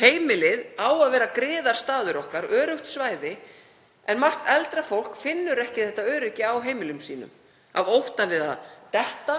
Heimilið á að vera griðastaður okkar, öruggt svæði, en margt eldra fólk finnur ekki öryggi á heimilum sínum af ótta við að detta,